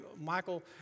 Michael